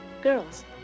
Girls